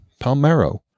Palmero